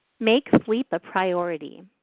make sleep a priority.